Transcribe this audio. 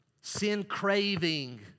sin-craving